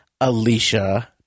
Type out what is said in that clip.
Alicia